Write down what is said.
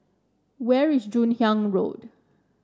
where is Joon Hiang Road